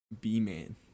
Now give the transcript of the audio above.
B-Man